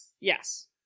Yes